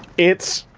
it's,